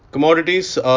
Commodities